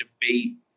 debate